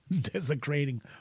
Desecrating